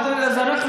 אז נוותר.